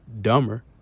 dumber